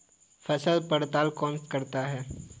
फसल पड़ताल कौन करता है?